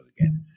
again